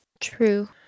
true